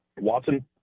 Watson